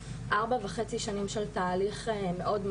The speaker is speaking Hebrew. ארבע וחצי שנים של תהליך מאוד,